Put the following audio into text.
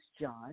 John